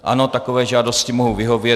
Ano, takové žádosti mohu vyhovět.